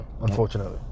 unfortunately